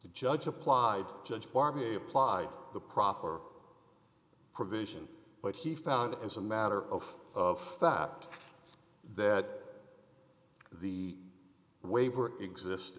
to judge applied judge barbieri applied the proper provision but he found as a matter of fact that the waiver exist